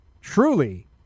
truly